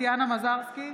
טטיאנה מזרסקי,